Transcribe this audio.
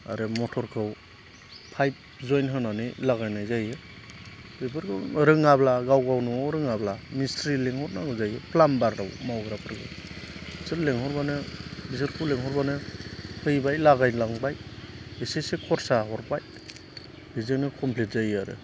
आरो मथरखौ पाइप जइन होनानै लागायनाय जायो बेफोरखौ रोङाब्ला गाव गाव न'आव रोङाब्ला मिस्ट्रि लिंहरनांगौ जायो प्लाम्बाराव मावग्राफोरखौ बिसोर लिंहरबानो बिसोरखौ लिंहरबानो फैबाय लागायलांबाय एसेसो खरसा हरबाय बेजोंनो कम्पिलट जायो आरो